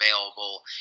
available